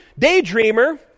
daydreamer